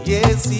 Yes